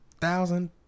thousand